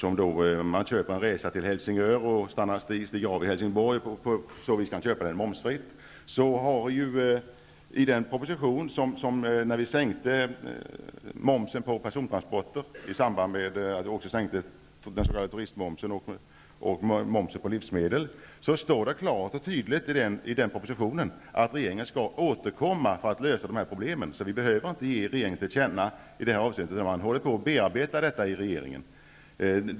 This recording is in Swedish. Om man köper en resa till Helsingör och avbryter resan i Helsingborg, kan man köpa resan momsfritt. I den proposition som var aktuell när momsen på persontransporter, turistmomsen och momsen på livsmedel sänktes står det klart och tydligt att regeringen skall återkomma för att lösa dessa problem. Riksdagen behöver således inte göra något tillkännagivande i detta avseende, eftersom frågan bearbetas inom regeringen.